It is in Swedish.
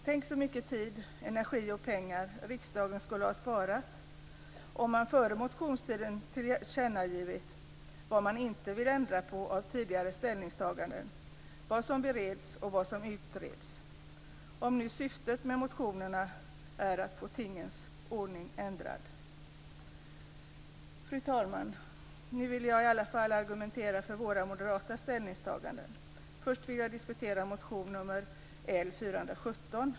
Tänk, så mycket tid, energi och pengar riksdagen skulle ha sparat om man före motionstiden hade tillkännagivit vad man inte vill ändra på av tidigare ställningstaganden, vad som bereds och utreds, om nu syftet med motioner är att få tingens ordning ändrad. Fru talman! Nu skall jag i alla fall argumentera för våra moderata ställningstaganden. Först vill jag diskutera motion L417.